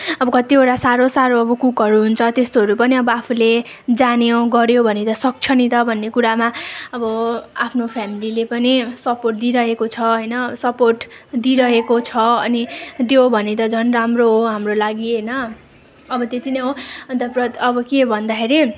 अब कतिवटा साह्रो साह्रो अब कुकहरू हुन्छ त्यस्तोहरू पनि अब आफूले जान्यो गऱ्यो भने त सक्छ नि त भन्ने कुरामा अब आफ्नो फेमेलीले पनि सपोर्ट दिइरहेको छ होइन सपोर्ट दिइरहेको छ अनि दियो भने त झन् राम्रो हो हाम्रो लागि होइन अब त्यति नै हो अन्त अब के भन्दाखेरि